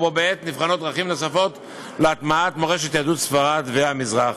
ובה בעת נבחנות דרכים נוספות להטמעת מורשת יהדות ספרד והמזרח.